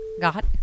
got